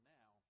now